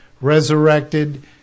resurrected